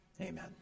Amen